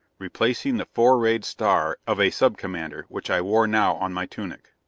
replacing the four-rayed star of a sub-commander which i wore now on my tunic.